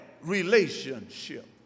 relationship